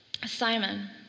Simon